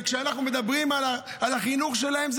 וכשאנחנו מדברים על החינוך שלהם,